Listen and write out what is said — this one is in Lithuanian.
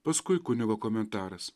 paskui kunigo komentaras